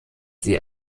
sie